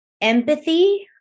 empathy